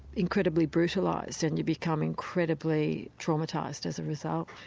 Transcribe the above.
incredibly brutalised and you become incredibly traumatised as a result.